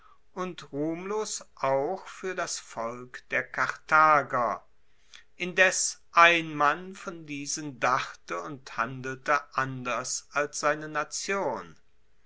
und ruhmlos auch fuer das volk der karthager indes ein mann von diesen dachte und handelte anders als seine nation